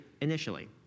initially